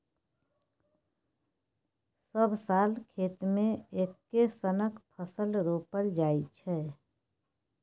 सब साल खेत मे एक्के सनक फसल रोपल जाइ छै